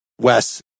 Wes